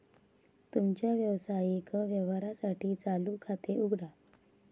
तुमच्या व्यावसायिक व्यवहारांसाठी चालू खाते उघडा